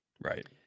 Right